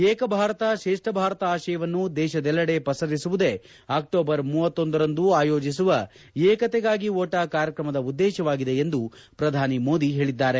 ಏಕ ಭಾರತ ಶ್ರೇಷ್ಠ ಭಾರತ ಆಶಯವನ್ನು ದೇಶದೆಲ್ಲೆಡೆ ಪಸರಿಸುವುದೇ ಅಕ್ವೋಬರ್ ಭಾರಂದು ಆಯೋಜಿಸುವ ಏಕತೆಗಾಗಿ ಓಟ ಕಾರ್ಯಕ್ರಮದ ಉದ್ದೇಶವಾಗಿದೆ ಎಂದು ಪ್ರಧಾನಿ ಮೋದಿ ಹೇಳಿದರು